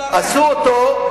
עשו אותו,